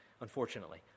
unfortunately